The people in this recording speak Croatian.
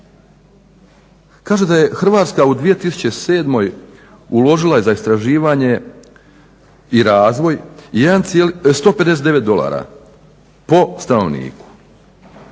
Kaže da je Hrvatska u 2007. uložila za istraživanje i razvoj 159 dolara po stanovniku.